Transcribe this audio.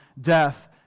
death